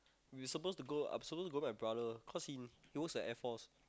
we supposed to go I'm supposed to go with my brother cause he he works at Air Force